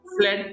flat